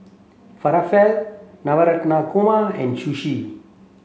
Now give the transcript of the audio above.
Falafel Korma and Sushi